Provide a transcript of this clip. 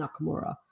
Nakamura